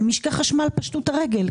ומשקי חשמל פשטו את הרגל,